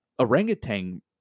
Orangutan